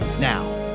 now